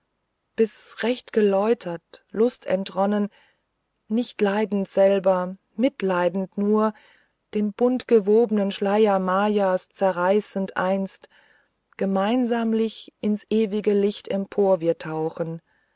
bis recht geläutert lustentronnen nicht leidend selbst mitleidend nur den buntgewobenen schleier mayas zerreißend einst gemeinsamlich ins ewige licht